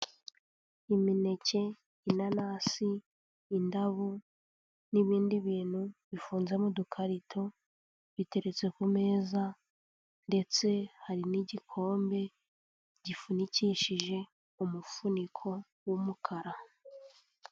Imineke, inanasi, indabo n'ibindi bintu bifunze mu dukarito, biteretse ku meza ndetse hari n'igikombe gipfundikishije umufuniko w'umukara.